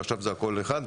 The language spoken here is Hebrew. ועכשיו זה הכול אחד.